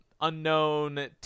unknown